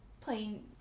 playing